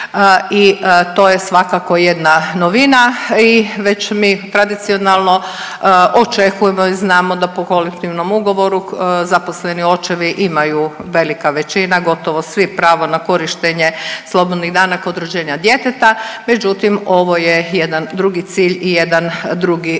i to je svakako jedna novina i već mi tradicionalno očekujemo i znamo da po kolektivnom ugovoru zaposleni očevi imaju velika većina, gotovo svi, pravo na korištenje slobodnih dana kod rođenja djeteta, međutim, ovo je jedan drugi cilj i jedan drugi